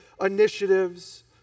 initiatives